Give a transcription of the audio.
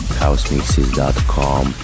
housemixes.com